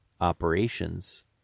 operations